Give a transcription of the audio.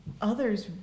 others